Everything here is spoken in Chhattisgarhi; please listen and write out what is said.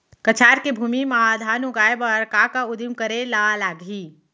कछार के भूमि मा धान उगाए बर का का उदिम करे ला लागही?